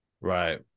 right